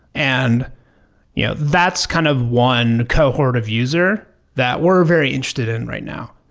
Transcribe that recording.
and yeah that's kind of one cohort of user that we're very interested in right now,